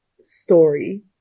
story